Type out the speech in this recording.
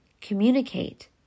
communicate